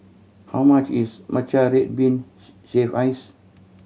how much is matcha red bean shaved ice